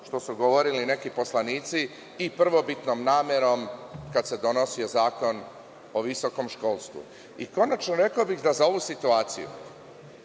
što su govorili neki poslanici i prvobitnom namerom kad se donosio zakon o visokom školstvu. Konačno, rekao bih da za ovu situaciju,